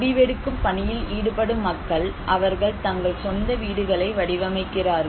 முடிவெடுக்கும் பணியில் ஈடுபடும் மக்கள் அவர்கள் தங்கள் சொந்த வீடுகளை வடிவமைக்கிறார்கள்